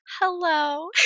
hello